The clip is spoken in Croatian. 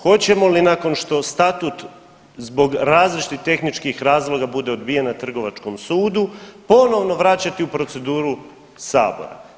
Hoćemo li nakon što statut zbog različitih tehničkih razloga bude odbijen na Trgovačkom sudu, ponovno vraćati u proceduru Sabora?